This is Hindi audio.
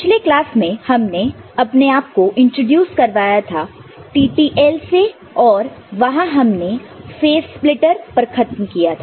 पिछले क्लास में हमने अपने आप को इंट्रोड्यूस करवाया था TTL से और वहां हमने फेस स्प्लिटर पर खत्म किया था